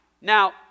now